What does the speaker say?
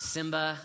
Simba